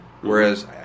Whereas